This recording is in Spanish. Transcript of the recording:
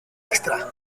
extra